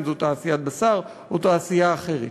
אם תעשיית בשר או תעשייה אחרת.